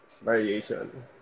variation